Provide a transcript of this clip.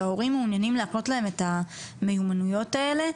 שההורים מעוניינים להקנות להם את המיומנויות האלה,